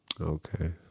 okay